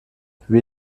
wie